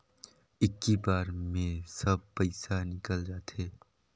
इक्की बार मे सब पइसा निकल जाते?